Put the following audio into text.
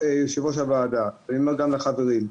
יושב-ראש הוועדה והחברים,